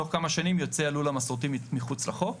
תוך כמה שנים יוצא הלול המסורתי מחוץ לחוק